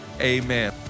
Amen